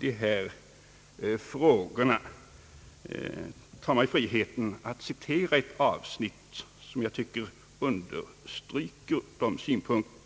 dessa frågor, ta mig friheten citera ett avsnitt som jag tycker understryker dessa synpunkter.